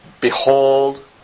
Behold